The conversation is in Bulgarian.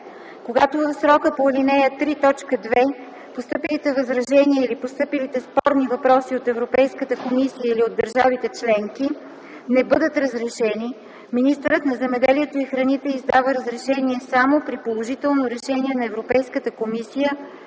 Когато в срока по ал. 3, т. 2 постъпилите възражения или поставените спорни въпроси от Европейската комисия или от държавите членки не бъдат разрешени, министърът на земеделието и храните издава разрешение само при положително решение на Европейската комисия